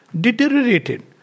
deteriorated